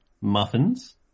muffins